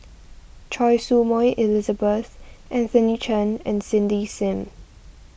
Choy Su Moi Elizabeth Anthony Chen and Cindy Sim